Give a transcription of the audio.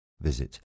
Visit